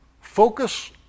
Focus